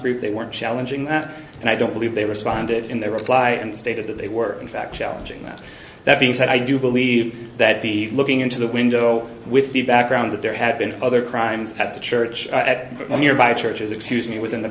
group they weren't challenging that and i don't believe they responded in their reply and stated that they were in fact challenging that that being said i do believe that the looking into the window with the background that there had been other crimes had to church at a nearby churches excuse me within the